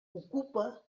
ocupa